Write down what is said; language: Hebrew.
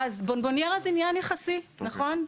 אז בונבוניירה זה עניין יחסי, נכון?